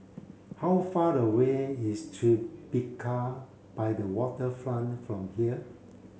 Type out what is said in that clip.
how far away is Tribeca by the Waterfront from here